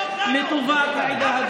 אנחנו,